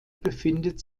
befindet